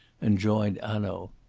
and joined hanaud.